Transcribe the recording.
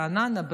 ברעננה,